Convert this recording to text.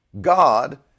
God